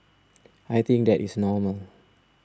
I think that is normal